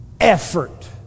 Effort